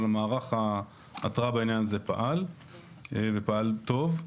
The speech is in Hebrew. אבל מערך ההתרעה בעניין הזה פעל ופעל טוב.